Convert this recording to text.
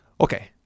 Okay